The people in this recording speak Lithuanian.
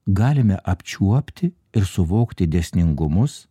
galime apčiuopti ir suvokti dėsningumus